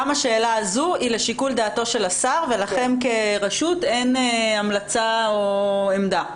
גם השאלה הזאת היא לשיקול דעתו של השר ולכן כרשות אין המלצה או עמדה,